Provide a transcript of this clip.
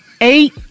eight